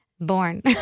born